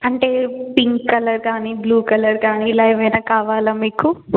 అంటే pink colour కానీ blue colour కానీ ఇలా ఏమైనా కావాలా మీకు